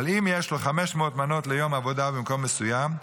אבל אם יש לו 500 מנות ליום עבודה במקום מסוים,